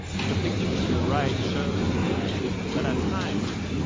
and the picture to the right shows that at times,